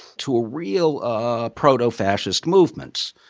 to ah real ah proto-fascist movements.